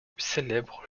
célèbres